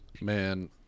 Man